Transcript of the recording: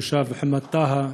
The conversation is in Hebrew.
של התושב מוחמד טאהא,